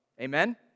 Amen